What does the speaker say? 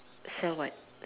sell what